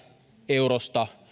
eurosta